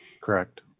correct